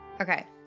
Okay